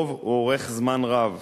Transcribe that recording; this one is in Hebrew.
ולרוב הוא אורך זמן רב.